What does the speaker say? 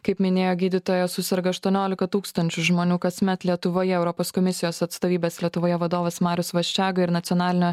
kaip minėjo gydytoja suserga aštuoniolika tūkstančių žmonių kasmet lietuvoje europos komisijos atstovybės lietuvoje vadovas marius vaščega ir nacionalinio